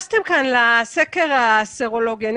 שכותרתו: תוצאות הסקר הסרולוגי.) התייחסתם כאן לסקר הסרולוגי.